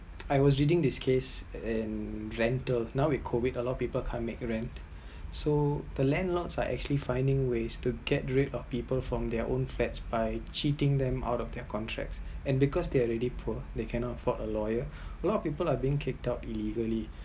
I was reading this case and rental now with COVID a lot of people can’t make rent so the landlords are actually finding ways to get rid people from their own flat by cheating them out of their contracts and because they’re already poor they cannot afford a lawyer a lot of people are being kicked out illegally